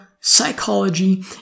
psychology